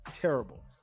terrible